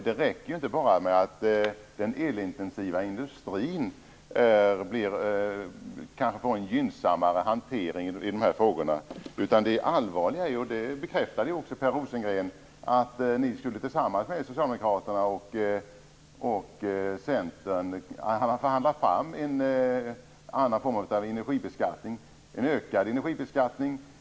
Det räcker inte bara med att den elintensiva industrin kanske får en gynnsammare hantering i de här frågorna, utan det allvarliga är - som Per Rosengren bekräftade - att ni tillsammans med Socialdemokraterna och Centern skulle förhandla fram en annan form av energibeskattning, en ökad energibeskattning.